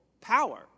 power